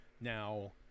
Now